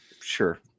Sure